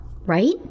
right